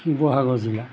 শিৱসাগৰ জিলা